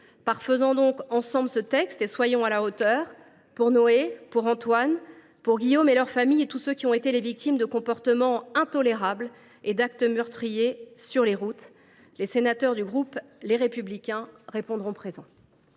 nous faut donc, ensemble, parfaire ce texte et nous montrer à la hauteur. Pour Noé, pour Antoine, pour Guillaume, pour leurs familles et pour toutes les victimes de comportements intolérables et d’actes meurtriers sur les routes, les sénateurs du groupe Les Républicains répondront présents.